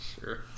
Sure